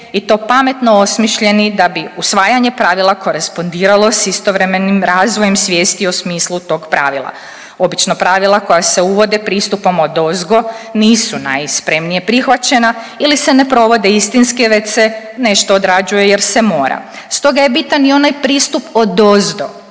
i to pametno osmišljeni da bi usvajanje pravila korespondiralo s istovremenim razvojem svijesti o smislu tog pravila. Obično pravila koja se uvode pristupom odozgo nisu najspremnije prihvaćena ili se ne provode istinski već se nešto odrađuje jer se mora. Stoga je bitan i onaj pristup odozdo,